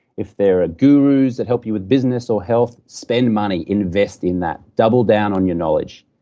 if there are gurus that help you with business or health, spend money. invest in that. double down on your knowledge,